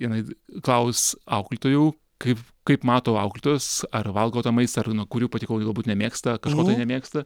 jinai klaus auklėtojų kaip kaip mato auklėtojos ar valgo tą maistą ar nuo kurių patiekalų galbūt nemėgsta kažko tai nemėgsta